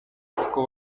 kuko